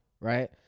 Right